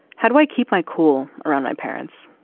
how do i keep my cool around my parents?